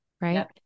right